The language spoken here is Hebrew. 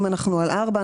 אם אנחנו על ארבע,